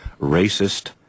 racist